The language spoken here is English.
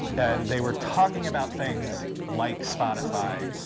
and they were talking about things like spotify,